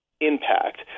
impact